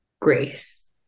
grace